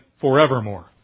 forevermore